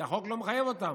כי החוק לא מחייב אותן,